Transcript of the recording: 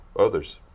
Others